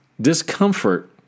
discomfort